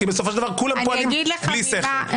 כי בסופו של דבר כולם פועלים בלי שכל.